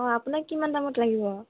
অঁ আপোনাক কিমান দামত লাগিব